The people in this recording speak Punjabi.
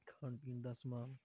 ਖਾਣ ਪੀਣ ਦਾ ਸਮਾਨ